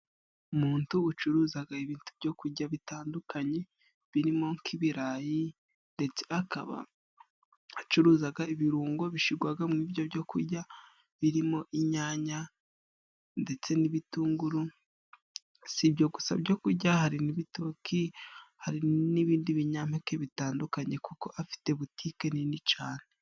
Umuntu ucuruza ibintu byo kurya bitandukanye birimo nk'ibirayi ndetse akaba acuruza ibirungo bishyirwamo ibyo byo kurya birimo inyanya ndetse n'ibitunguru .Si ibyo gusa byo kurya, hari ibitoki hari n'ibindi binyampeke bitandukanye kuko afite butike nini cyane.